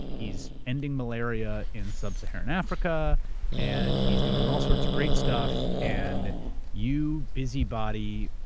he's ending malaria in sub-saharan africa and he's doing all sorts of great stuff, and you busy body,